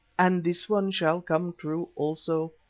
and this one shall come true also.